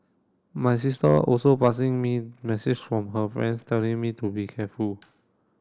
my sister also passing me message from her friends telling me to be careful